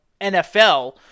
NFL